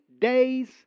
days